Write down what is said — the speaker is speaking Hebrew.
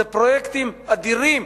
אלה פרויקטים אדירים,